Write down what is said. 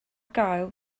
gael